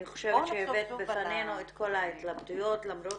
אני חושבת שהבאת בפנינו את כל ההתלבטויות, למרות